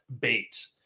bait